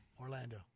Orlando